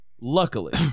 Luckily